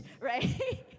right